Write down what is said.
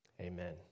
Amen